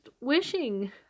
wishing